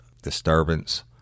Disturbance